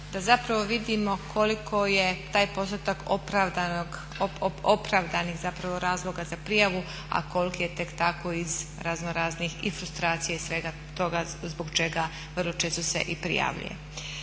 da zapravo vidimo koliko je taj postotak opravdanih razloga za prijavu, a koliki je tek tako iz raznoraznih i frustracija i svega toga zbog čega vrlo često se i prijavljuje.